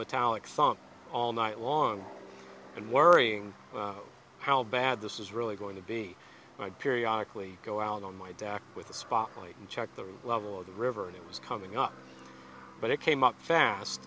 metallic song all night long and worrying how bad this is really going to be my periodic we go out on my deck with a spotlight and check the level of the river and it was coming up but it came up fast